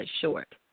short